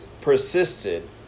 persisted